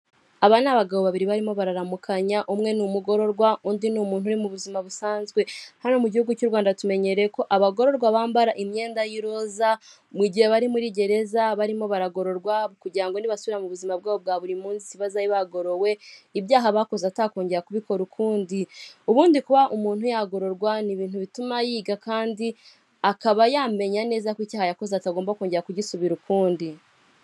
Aba ni abagabo babiri barimo bararamukanya umwe n'umugororwa undi n'umuntu uri mu buzima busanzwe. Hano mu gihugu cy'u Rwanda tumenyereye ko abagororwa bambara imyenda y'iroza mu gihe bari muri gereza barimo baragororwa kugira ngo nibasubira mu buzima bwabo bwa buri munsi baza bagorowe ibyaha bakoze atakongera kubikora ukundi, ubundi kuba umuntu yagororwa n'ibintu bituma yiga kandi akaba yamenya neza ko icyaha yakoze atagomba kongera kugisubira ukundi.